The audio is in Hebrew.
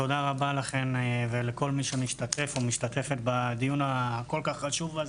תודה רבה לכם ולכל מי שמשתתף ומשתתפת בדיון הכול כך חשוב הזה,